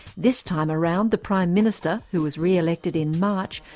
this time around, the prime minister, who was re-elected in march,